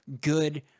good